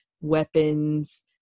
weapons